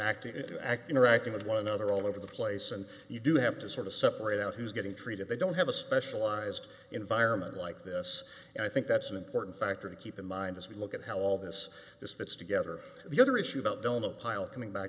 acting to act interacting with one another all over the place and you do have to sort of separate out who's getting treated they don't have a specialized environment like this and i think that's an important factor to keep in mind as we look at how all this this fits together the other issue about domo pilot coming back